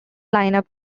lineup